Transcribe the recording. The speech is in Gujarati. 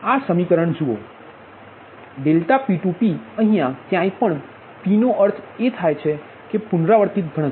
આ સમીકરણ જુવો ∆P2p અહીયા ક્યાંય પણ p નો અર્થ થાય છે પુનરાવર્તિત ગણતરી